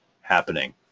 happening